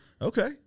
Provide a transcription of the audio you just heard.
Okay